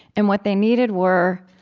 and what they needed were,